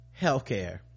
healthcare